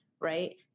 right